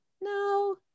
no